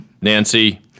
Nancy